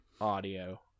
audio